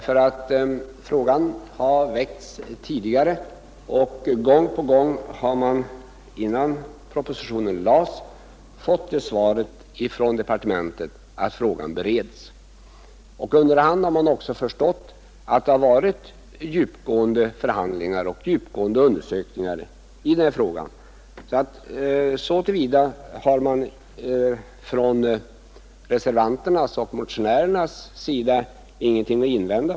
Frågan har väckts tidigare, och gång på gång har man — innan propositionen lades — fått det svaret från departementet att frågan bereds. Under hand har man också förstått att djupgående förhandlingar och undersökningar pågått. Så till vida har reservanterna och motionärerna ingenting att invända.